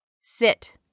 Sit